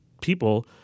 people